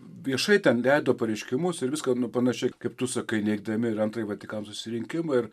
viešai ten deda pareiškimus ir viską nu panašiai kaip tu sakai neigdami ir antrąjį vatikano susirinkimą ir